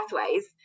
pathways